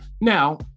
Now